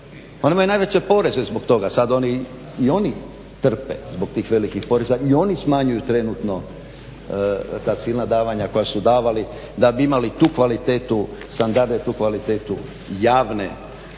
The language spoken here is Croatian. Oni imaju najveće poreze zbog toga. Sad i oni trpe zbog tih velikih poreza i oni smanjuju trenutno ta silna davanja koja su davali da bi imali tu kvalitetu, standarde, tu kvalitetu javne